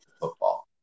football